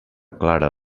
clara